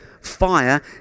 fire